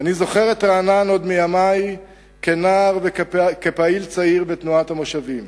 אני זוכר את רענן עוד מימי כנער וכפעיל צעיר בתנועת המושבים,